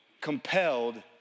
Compelled